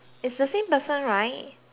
right ya